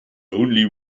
only